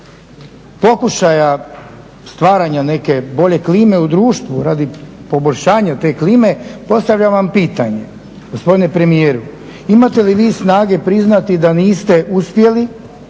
pokušaja stvaranja neke bolje klime u društvu, radi poboljšanja te klime postavljam vam pitanje gospodine premijeru. Imate li vi snage priznati da niste uspjeli